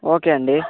okay అండి